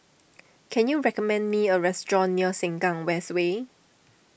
can you recommend me a restaurant near Sengkang West Way